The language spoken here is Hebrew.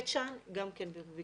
גם על בית שאן וגם על הקיבוצים.